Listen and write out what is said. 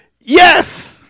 yes